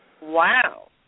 Wow